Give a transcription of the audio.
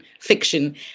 fiction